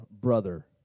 brother